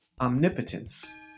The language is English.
omnipotence